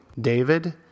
David